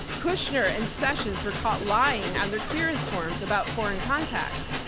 kushner and sessions were caught lying on their clearance forms about foreign contacts.